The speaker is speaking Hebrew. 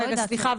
רגע סליחה,